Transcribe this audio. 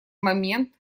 момент